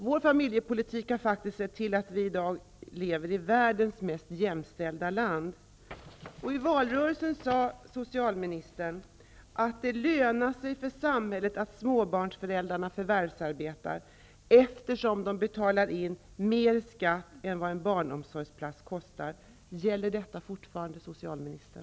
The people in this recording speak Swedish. Vår familjepolitik har lett till att vi i dag lever i världens mest jämställda land. I valrörelsen sade socialministern att det lönar sig för samhället att småbarnsföräldrar förvärvsarbetar, eftersom de betalar in mer skatt än vad en barnomsorgsplats kostar. Gäller detta fortfarande, socialministern?